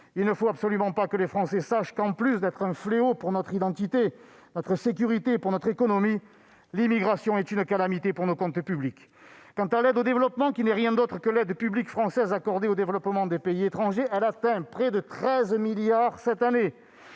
Il ne faut absolument pas que les Français sachent que, en plus d'être un fléau pour notre identité, notre sécurité et notre économie, l'immigration est une calamité pour nos comptes publics. Quant à l'aide au développement- la seconde mission -, qui n'est rien d'autre que l'aide publique française accordée au développement des pays étrangers, elle atteint près de 13 milliards d'euros cette année.